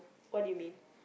what do you mean